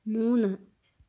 മൂന്ന്